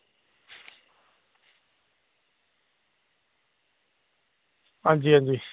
हां जी हां जी